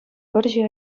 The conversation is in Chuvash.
вӑрҫӑ